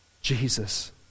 Jesus